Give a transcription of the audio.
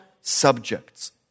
subjects